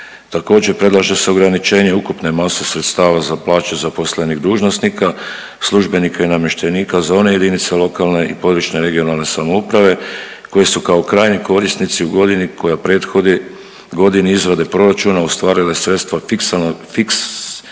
Također predlaže se ograničenje ukupne mase sredstava za plaće zaposlenih dužnosnika, službenika i namještenika za one jedinice lokalne i područne (regionalne) samouprave koji su kao krajnji korisnici u godini koja prethodni godini izrade proračuna ostvarile sredstva fiskalnog